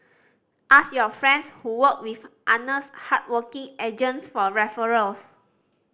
ask your friends who worked with honest hardworking agents for referrals